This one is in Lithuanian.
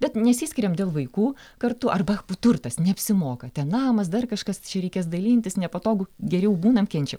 bet nesiskiriam dėl vaikų kartu arba turtas neapsimoka ten namas dar kažkas čia reikės dalintis nepatogu geriau būnam kenčiam